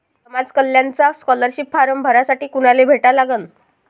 समाज कल्याणचा scholarship form भरासाठी कुनाले भेटा लागन?